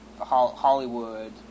Hollywood